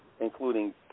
including